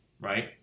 right